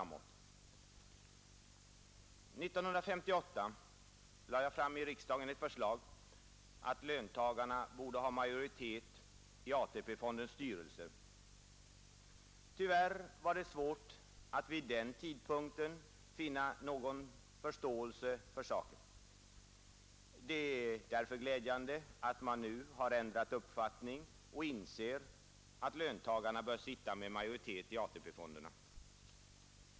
År 1958 lade jag i riksdagen fram ett förslag om att löntagarna borde ha majoritet i AP-fondens styrelse. Tyvärr var det svårt att vid den tidpunkten finna någon förståelse för saken. Det är därför glädjande att man nu har ändrat uppfattning och inser att löntagarna bör sitta med majoritet i AP-fonderna.